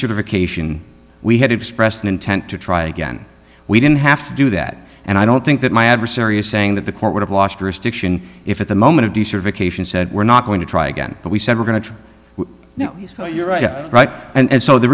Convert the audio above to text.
certification we had expressed an intent to try again we didn't have to do that and i don't think that my adversary is saying that the court would have lost restriction if at the moment to do survey cation said we're not going to try again but we said we're going to now you're right right and so the